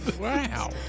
Wow